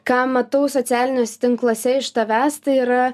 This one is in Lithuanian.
ką matau socialiniuose tinkluose iš tavęs tai yra